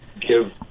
give